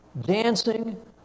dancing